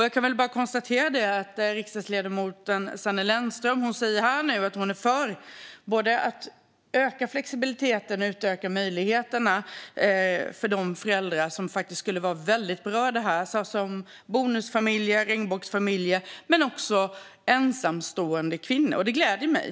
Jag kan bara konstatera att riksdagsledamoten Sanne Lennström nu säger att hon är för att öka flexibiliteten och möjligheterna för de föräldrar som skulle bli särskilt berörda, såsom bonusfamiljer, regnbågsfamiljer och ensamstående kvinnor. Det gläder mig.